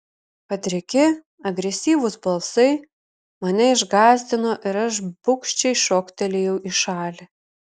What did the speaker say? padriki agresyvūs balsai mane išgąsdino ir aš bugščiai šoktelėjau į šalį